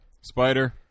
Spider